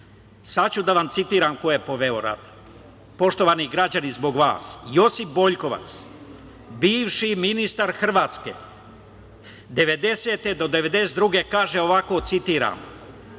ću da vam citiram ko je poveo rat. Poštovani građani zbog vas, Josip Boljkovac, bivši ministar Hrvatske 1990. do 1992. godine kaže ovako, citiram: